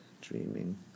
dreaming